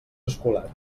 escolar